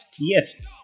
Yes